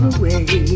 away